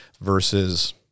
versus